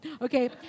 okay